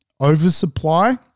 Oversupply